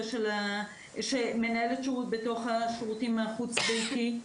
מנהלת שירות בשירותים החוץ ביתיים.